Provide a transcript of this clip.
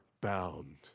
bound